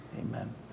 Amen